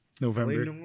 November